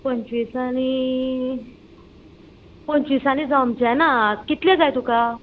पंचवीसांनी पंचवीसांनी जमचें ना कितलें जाय तुका